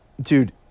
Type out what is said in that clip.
Dude